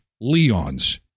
Leon's